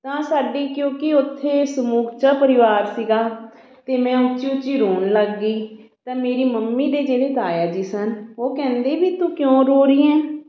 ਤਾਂ ਸਾਡੀ ਕਿਉਂਕਿ ਉੱਥੇ ਸਮੁੱਚਾ ਪਰਿਵਾਰ ਸੀਗਾ ਅਤੇ ਮੈਂ ਉੱਚੀ ਉੱਚੀ ਰੋਣ ਲੱਗ ਗਈ ਤਾਂ ਮੇਰੀ ਮੰਮੀ ਦੇ ਜਿਹੜੇ ਤਾਇਆ ਜੀ ਸਨ ਉਹ ਕਹਿੰਦੇ ਵੀ ਤੂੰ ਕਿਉਂ ਰੋ ਰਹੀ ਹੈ